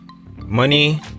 Money